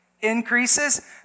increases